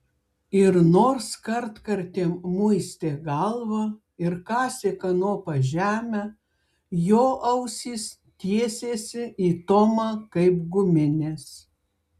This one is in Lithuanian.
ir nors kartkartėm muistė galvą ir kasė kanopa žemę jo ausys tiesėsi į tomą kaip guminės